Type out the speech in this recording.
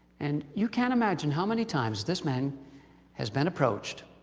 and you can't imagine how many times this man has been approached